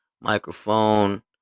microphone